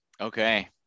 Okay